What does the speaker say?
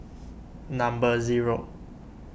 number zero